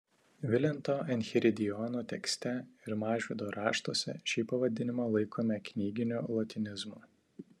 vilento enchiridiono tekste ir mažvydo raštuose šį pavadinimą laikome knyginiu lotynizmu